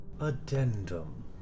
Addendum